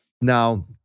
Now